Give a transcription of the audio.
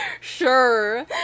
Sure